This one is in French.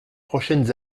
prochaines